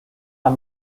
las